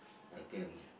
I can